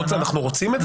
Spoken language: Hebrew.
אנחנו רוצים את זה?